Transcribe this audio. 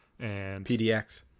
PDX